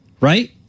right